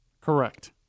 Correct